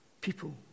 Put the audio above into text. people